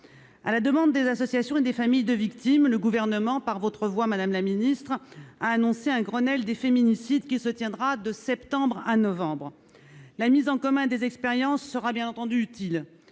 À la demande des associations et des familles de victimes, le Gouvernement, par votre voix, madame la secrétaire d'État, a annoncé un Grenelle des féminicides, qui se tiendra de septembre à novembre. La mise en commun des expériences sera bien évidemment utile.